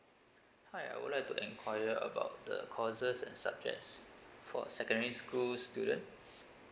hi I would like to enquire about the courses and subjects for secondary school student